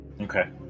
Okay